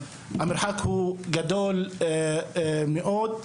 המרחק הוא גדול מאוד,